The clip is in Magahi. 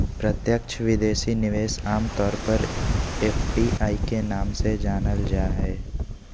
प्रत्यक्ष विदेशी निवेश आम तौर पर एफ.डी.आई के नाम से जानल जा हय